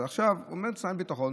אבל עכשיו עומד שר הביטחון,